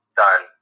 done